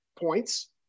points